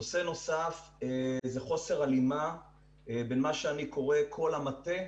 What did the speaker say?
נושא נוסף הוא חוסר הלימה בין מה שאני קורא "קול המטה"